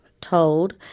told